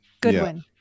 Goodwin